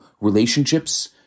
relationships